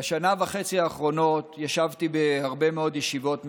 בשנה וחצי האחרונות ישבתי בהרבה מאוד ישיבות ממשלה,